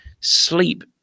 sleep